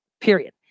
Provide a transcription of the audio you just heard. Period